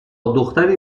دختری